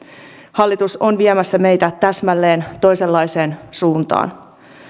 hallitus on viemässä meitä täsmälleen toisenlaiseen suuntaan